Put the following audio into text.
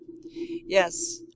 yes